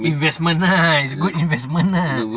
investment lah it's good investment lah